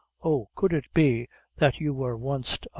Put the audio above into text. oh, could it be that you wor wanst